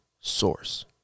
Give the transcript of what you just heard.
source